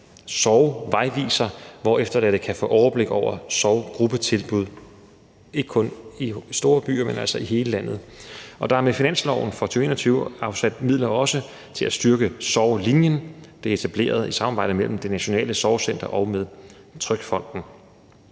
sorgvejviser, hvor efterladte kan få overblik over sorggruppetilbud – ikke kun i store byer, men altså i hele landet. Der er med finansloven for 2021 også afsat midler til at styrke Sorglinjen. Det er etableret i et samarbejde mellem Det Nationale Sorgcenter og TrygFonden.